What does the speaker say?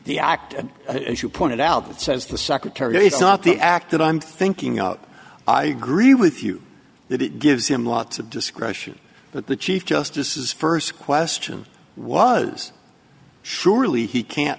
the act and as you pointed out that says the secretary it's not the act that i'm thinking out i agree with you that it gives him lots of discretion but the chief justice is first question was surely he can't